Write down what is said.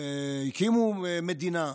הקימו מדינה,